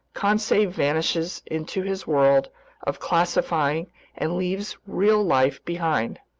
conseil vanishes into his world of classifying and leaves real life behind.